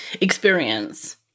experience